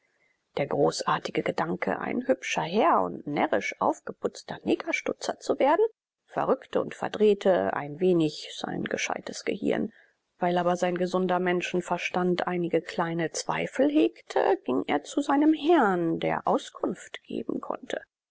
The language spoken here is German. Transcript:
der großartige gedanke ein hübscher herr und närrisch aufgeputzter negerstutzer zu werden verrückte und verdrehte ein wenig sein gescheites gehirn weil aber sein gesunder menschenverstand einige kleine zweifel hegte ging er zu seinem herrn der auskunft geben konnte